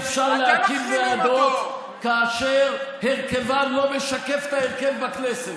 אי-אפשר להקים ועדות כאשר הרכבן לא משקף את ההרכב בכנסת.